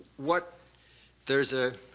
what there's a